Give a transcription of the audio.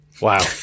wow